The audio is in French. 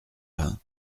vingt